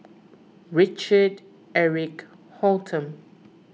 Richard Eric Holttum